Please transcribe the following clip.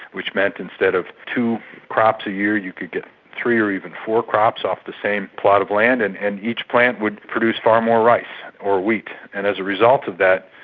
which meant instead of two crops a year you could get three or even four crops off the same plot of land. and and each plant would produce far more rice or wheat. and as a result of that,